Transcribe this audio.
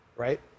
right